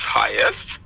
highest